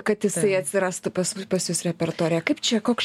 kad jisai atsirastų pas pas jus repertuare kaip čia koks čia